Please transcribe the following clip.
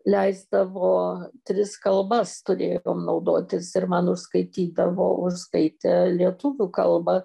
leisdavo tris kalbas turėjom naudotis ir man užskaitydavo užskaitė lietuvių kalbą